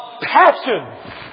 passion